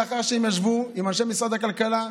לאחר שהם ישבו עם אנשי משרד הכלכלה,